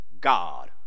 God